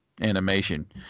animation